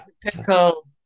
Pickle